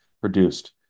produced